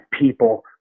people